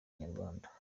inyarwanda